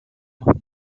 muss